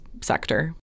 sector